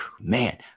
man